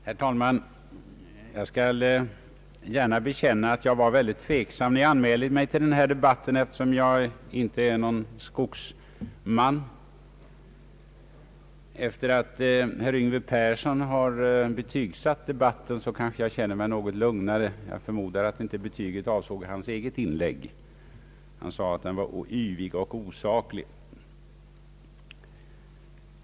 Herr talman! Jag skall gärna bekänna att jag var tveksam när jag anmälde mig till denna debatt, eftersom jag inte är någon skogsman. Sedan herr Yngve Persson har betygsatt debatten känner jag mig något lugnare. Jag förmodar dock att betyget inte avsåg hans eget inlägg, när han sade att den var yvig och osaklig.